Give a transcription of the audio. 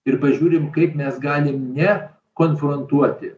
ir pažiūrim kaip mes galim ne konfrontuoti